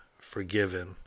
forgiven